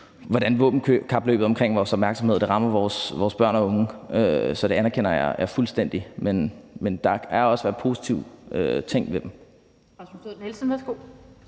hvordan våbenkapløbet om vores opmærksomhed rammer vores børn og unge, så det anerkender jeg fuldstændig. Men der er også positive ting ved dem.